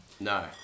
no